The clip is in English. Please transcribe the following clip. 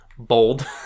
bold